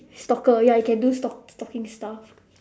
stalker ya you can do stalk stalking stuff